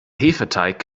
hefeteig